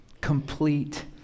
complete